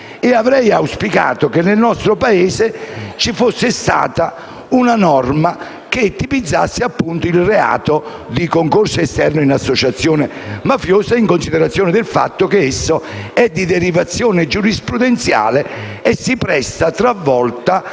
avrei auspicato che nel nostro Paese ci fosse stata una norma che tipizzasse, appunto, il reato di concorso esterno in associazione mafiosa, in considerazione del fatto che esso è di derivazione giurisprudenziale e si presta talvolta